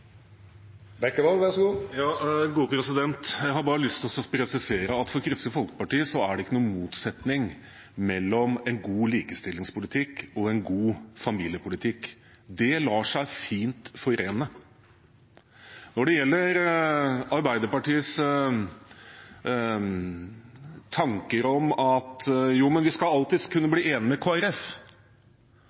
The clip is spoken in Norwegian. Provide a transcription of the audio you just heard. Jeg har bare lyst til å presisere at for Kristelig Folkeparti er det ikke noen motsetning mellom en god likestillingspolitikk og en god familiepolitikk. Det lar seg fint forene. Når det gjelder Arbeiderpartiets tanker om at man alltids skal kunne bli enig med